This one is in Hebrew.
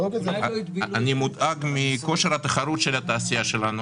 אני מודאג מכושר התחרות של התעשייה שלנו